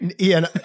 Ian